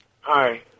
Hi